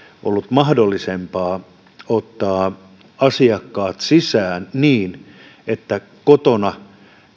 ollut mahdollisempaa ottaa asiakkaat sisään niin että kotona